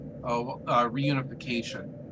reunification